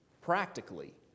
practically